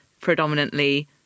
predominantly